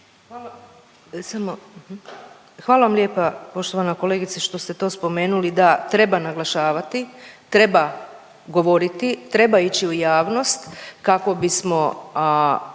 Hvala vam lijepa poštovana kolegice što ste to spomenuli da treba naglašavati, treba govorit, treba ići u javnost kako bismo